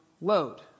load